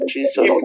Jesus